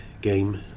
game